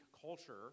culture